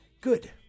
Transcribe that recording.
Good